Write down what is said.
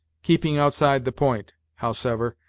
keeping outside the point, howsever,